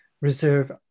reserve